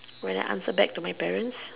will I answer back to my parents